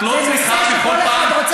זה נושא שכל אחד רוצה להביע את עמדתו.